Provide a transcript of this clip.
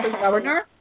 Governor